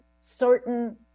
certain